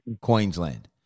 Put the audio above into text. Queensland